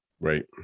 right